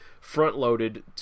front-loaded